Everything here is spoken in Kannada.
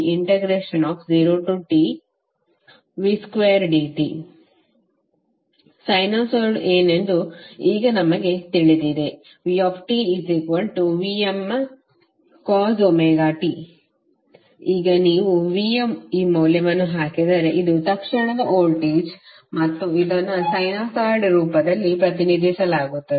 Vrms1T0Tv2dt ಸೈನುಸಾಯ್ಡ್ ಏನೆಂದು ಈಗ ನಮಗೆ ತಿಳಿದಿದೆ vtVmcost ಈಗ ನೀವು v ಯ ಈ ಮೌಲ್ಯವನ್ನು ಹಾಕಿದರೆ ಇದು ತಕ್ಷಣದ ವೋಲ್ಟೇಜ್ ಮತ್ತು ಇದನ್ನು ಸೈನುಸಾಯಿಡ್ ರೂಪದಲ್ಲಿ ಪ್ರತಿನಿಧಿಸಲಾಗುತ್ತದೆ